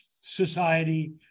Society